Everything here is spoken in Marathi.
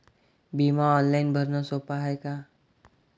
बिमा ऑनलाईन भरनं सोप हाय का?